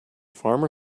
farmer